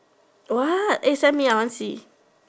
what eh send me I want see